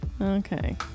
Okay